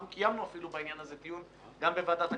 אנחנו קיימנו בעניין הזה דיון גם בוועדת הכלכלה,